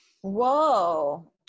Whoa